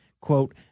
Quote